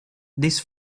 this